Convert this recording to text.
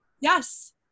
Yes